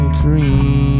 dream